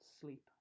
sleep